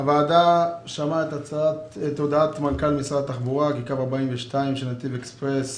הוועדה שמעה את הודעת מנכ"ל משרד התחבורה כי קו 42 של נתיב אקספרס